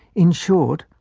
in short,